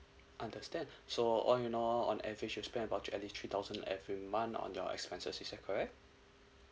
understand so all you know on every should spend about at least three thousand every month on your expenses is that correct